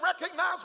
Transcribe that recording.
recognize